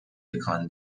تکان